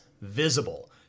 visible